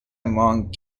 among